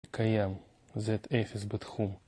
קיים, זאת אפס, בתחום.